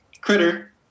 Critter